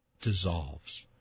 dissolves